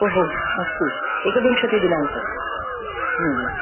अस्तु एकविंशतिदिनाङ्के